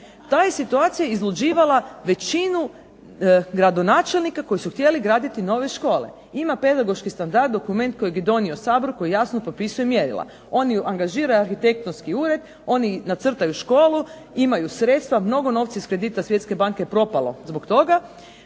Ta je situacija izluđivala većinu gradonačelnika koji su htjeli graditi nove škole. Ima pedagoški standard, dokument kojeg je donio Hrvatski sabor koji jasno propisuje mjerila. Oni angažiraju arhitektonski ured, oni nacrtaju školu, imaju sredstva, mnogo novaca iz kredita Svjetske banke je propalo zbog toga,